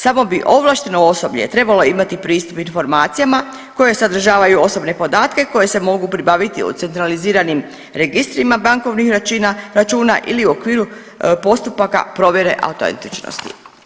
Samo bi ovlašteno osoblje trebalo imati pristup informacijama koje sadržavaju osobne podatke koje se mogu pribaviti u centraliziranim registrima bankovnih računa ili u okviru postupaka provjere autentičnosti.